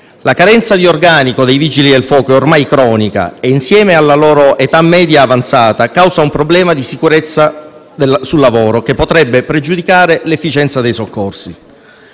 La carenza di organico dei Vigili del fuoco è ormai cronica e, insieme alla loro età media avanzata, causa un problema di sicurezza sul lavoro che potrebbe pregiudicare l'efficienza dei soccorsi.